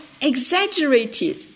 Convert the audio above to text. exaggerated